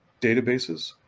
databases